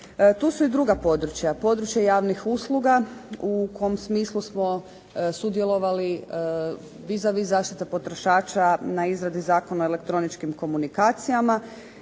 tu su i druga područja, područje javnih usluga u kom smislu smo sudjelovali vis a vis zaštita potrošača na izradi Zakona o elektroničkim komunikacijama.